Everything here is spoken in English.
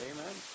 Amen